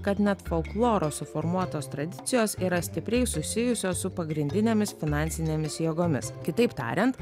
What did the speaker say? kad net folkloro suformuotos tradicijos yra stipriai susijusios su pagrindinėmis finansinėmis jėgomis kitaip tariant